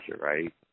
right